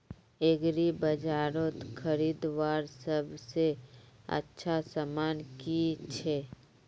एग्रीबाजारोत खरीदवार सबसे अच्छा सामान की छे?